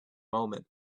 moment